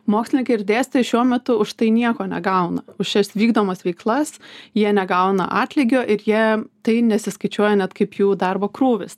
mokslininkai ir dėstytojai šiuo metu už tai nieko negauna už šias vykdomas veiklas jie negauna atlygio ir jie tai nesiskaičiuoja net kaip jų darbo krūvis